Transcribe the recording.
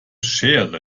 schere